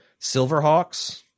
Silverhawks